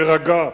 להירגע,